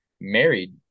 married